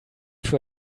für